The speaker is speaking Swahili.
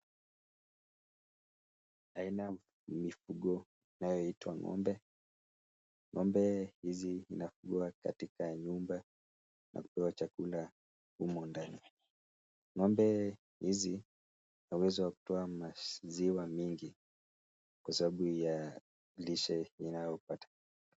Aina ya mifugo inayoitwa ng'ombe. Ng'ombe hizi inafugwa katika nyumba na kupewa chakula humo ndani. Ng'ombe hizi yaweza kutoa maziwa mingi kwa sababu ya lishe inayopata.